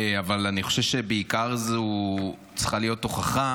אבל אני חושב שבעיקר זאת צריכה להיות הוכחה